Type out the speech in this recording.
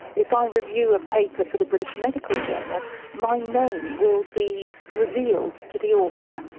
if i review a paper for the british medical journal my name will be revealed to the author.